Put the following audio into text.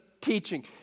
teaching